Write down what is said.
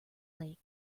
lake